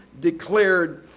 declared